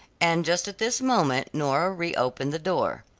and just at this moment nora reopened the door.